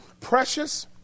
Precious